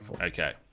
Okay